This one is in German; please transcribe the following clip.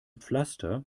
pflaster